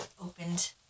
opened